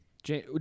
jane